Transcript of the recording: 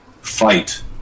fight